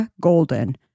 Golden